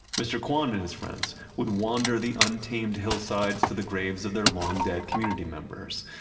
mr. kwan and his friends would wander the untamed hillsides to the graves of their long dead community members.